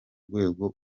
rwego